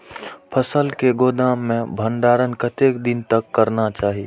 फसल के गोदाम में भंडारण कतेक दिन तक करना चाही?